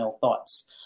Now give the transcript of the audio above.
thoughts